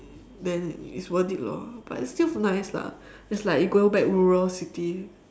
then it's worth it lor but it's still nice lah it's like going back rural city